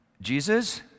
Jesus